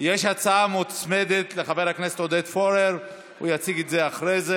אחרי שאני מוסיף את חבר הכנסת עודד פורר, נגד,